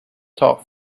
taught